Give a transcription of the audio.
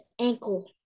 ankle